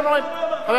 חבר הכנסת בן-ארי,